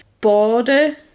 border